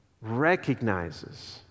recognizes